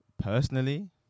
Personally